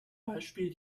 beispiel